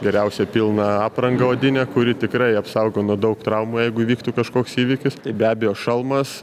geriausia pilną aprangą odinę kuri tikrai apsaugo nuo daug traumų jeigu įvyktų kažkoks įvykis be abejo šalmas